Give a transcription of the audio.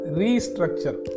restructure